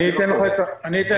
אגיד את